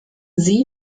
sie